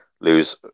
lose